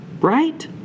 Right